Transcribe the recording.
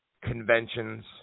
conventions